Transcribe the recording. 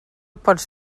pots